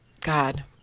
God